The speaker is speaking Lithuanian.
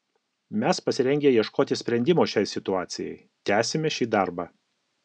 mes pasirengę ieškoti sprendimo šiai situacijai tęsime šį darbą